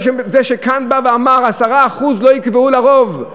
זה שכאן בא ואמר: 10% לא יקבעו לרוב.